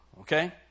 okay